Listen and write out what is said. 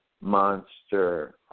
Monster